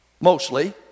mostly